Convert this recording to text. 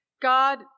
God